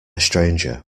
stranger